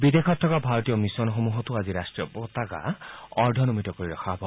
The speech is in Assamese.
বিদেশত থকা ভাৰতীয় মিছনসমূহতো আজি ৰাট্টীয় পতাকা অৰ্ধনমিত কৰি ৰখা হ'ব